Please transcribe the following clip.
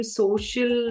social